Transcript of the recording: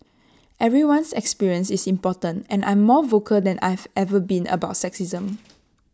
everyone's experience is important and I'm more vocal than I've ever been about sexism